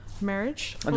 marriage